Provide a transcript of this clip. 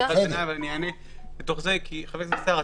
כי חבר הכנסת סער,